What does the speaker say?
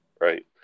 Right